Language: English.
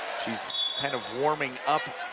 she's kind of warming up,